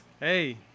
Hey